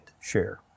share